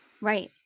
Right